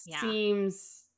seems